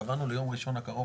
קבענו ליום ראשון הקרוב,